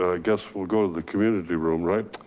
i guess we'll go to the community room, right?